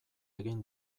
egin